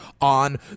on